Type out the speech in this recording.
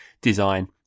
design